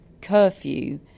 curfew